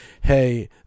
Hey